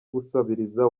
gusabiriza